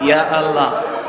יא אללה.